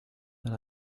that